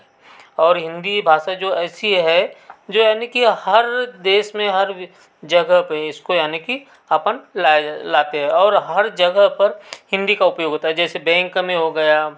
और हिंदी भाषा जो ऐसी है जो यानी कि हर देश में हर जगह पर इसको यानी की और हर जगह पर हिंदी का उपयोग होता है जैसे बैंक में हो गया